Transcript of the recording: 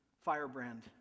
firebrand